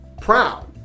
proud